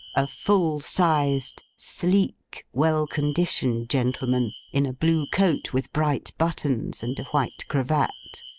a full-sized, sleek, well-conditioned gentleman, in a blue coat with bright buttons, and a white cravat.